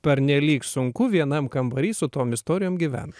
pernelyg sunku vienam kambary su tom istorijom gyvent